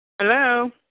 Hello